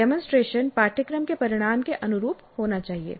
demonstration पाठ्यक्रम के परिणाम के अनुरूप होना चाहिए